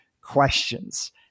questions